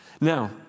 Now